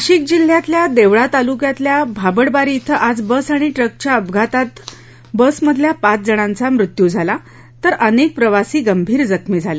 नाशिक जिल्ह्यातल्या देवळा तालुक्यातल्या भाबडबारी श्वे आज झालेल्या बस आणि ट्रकच्या अपघातात बसमधल्या पाच जणांचा मृत्यू झाला तरअनेक प्रवासी गंभीर जखमी आहेत